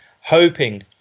hoping